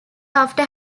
after